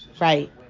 Right